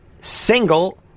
single